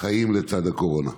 "חיים לצד הקורונה".